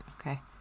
Okay